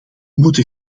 moeten